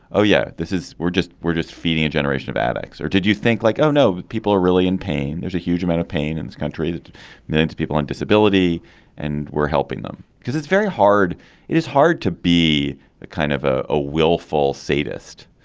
oh yeah. this is we're just we're just feeding a generation of addicts or did you think like oh no but people are really in pain. there's a huge amount of pain in this country that millions of people on disability and we're helping them because it's very hard it is hard to be kind of ah a willful sadist.